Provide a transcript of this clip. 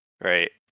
right